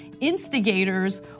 instigators